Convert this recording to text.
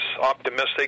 optimistic